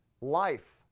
life